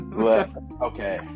Okay